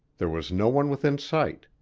there was no one within sight.